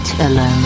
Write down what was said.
alone